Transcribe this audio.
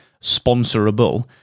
sponsorable